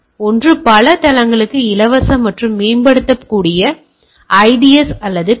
எனவே ஒன்று பல தளங்களுக்கு இலவச மற்றும் மேம்படுத்தக்கூடிய ஐடிஎஸ் அல்ல